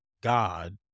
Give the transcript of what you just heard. God